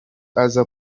aza